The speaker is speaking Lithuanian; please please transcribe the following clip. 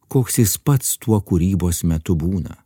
koks jis pats tuo kūrybos metu būna